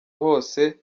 hose